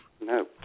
No